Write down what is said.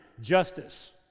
justice